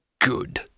Good